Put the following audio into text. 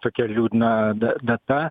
tokia liūdna data